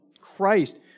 Christ